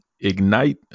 Ignite